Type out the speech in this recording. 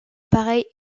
pareille